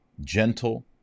gentle